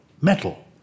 metal